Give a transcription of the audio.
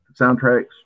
Soundtracks